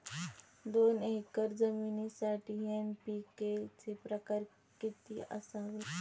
दोन एकर जमिनीसाठी एन.पी.के चे प्रमाण किती असावे?